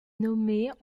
nommée